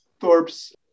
Thorpe's